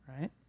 right